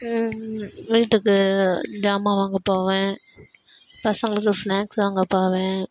வீட்டுக்கு சாமான் வாங்க போவேன் பசங்களுக்கு ஸ்நாக்ஸ் வாங்க போவேன்